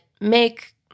make